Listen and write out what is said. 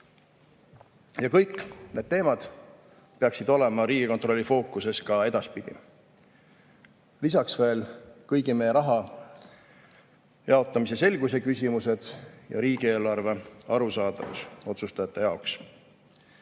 Ja kõik need teemad peaksid olema Riigikontrolli fookuses ka edaspidi. Lisaks veel kõigi meie raha jaotamise selguse küsimused ja riigieelarve arusaadavus otsustajate jaoks.